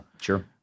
sure